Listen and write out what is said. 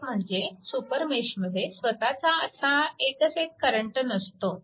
एक म्हणजे सुपरमेशमध्ये स्वतःचा असा एकच एक करंट नसतो